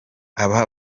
aba